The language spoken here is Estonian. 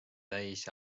täis